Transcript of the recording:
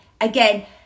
Again